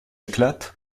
éclate